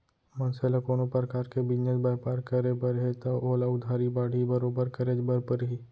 मनसे ल कोनो परकार के बिजनेस बयपार करे बर हे तव ओला उधारी बाड़ही बरोबर करेच बर परही